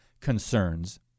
concerns